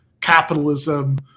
capitalism